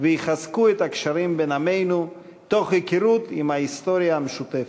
ויחזקו את הקשרים בין עמינו תוך היכרות עם ההיסטוריה המשותפת.